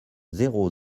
zéro